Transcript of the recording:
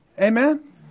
amen